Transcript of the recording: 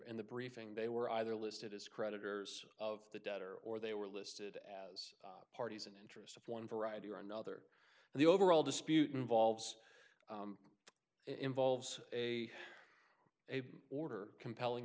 in the briefing they were either listed as creditors of the debtor or they were listed parties an interest of one variety or another and the overall dispute involves involves a order compelling